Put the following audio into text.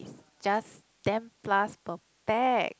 just ten plus per pax